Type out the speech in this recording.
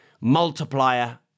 multiplier